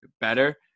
better